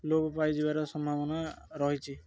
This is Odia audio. ଲୋପ ପାଇଯିବାର ସମ୍ଭାବନା ରହିଛି